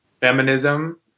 feminism